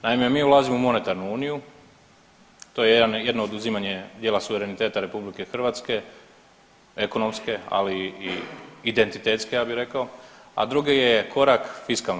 Naime, mi ulazimo u monetarnu uniju, to je jedno oduzimanje dijela suvereniteta RH ekonomske, ali i identitetske ja bi rekao, a druge je korak fiskalno.